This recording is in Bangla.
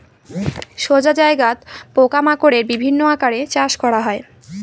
সোজা জায়গাত পোকা মাকড়ের বিভিন্ন আকারে চাষ করা হয়